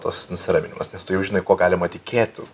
tas nusiraminimas nes tu jau žinai ko galima tikėtis